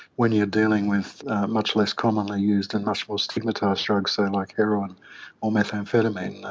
when you're dealing with much less commonly used and much more stigmatised drugs, say, like heroine or methamphetamine,